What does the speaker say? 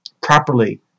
properly